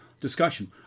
discussion